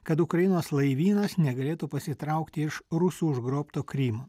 kad ukrainos laivynas negalėtų pasitraukti iš rusų užgrobto krymo